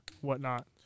whatnot